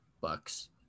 Bucks